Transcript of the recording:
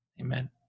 Amen